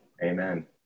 Amen